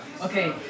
Okay